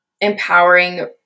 empowering